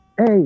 Hey